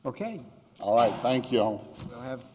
ok all right thank you all have